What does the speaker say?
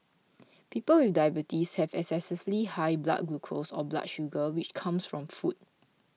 people with diabetes have excessively high blood glucose or blood sugar which comes from food